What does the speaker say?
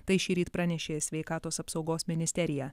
tai šįryt pranešė sveikatos apsaugos ministerija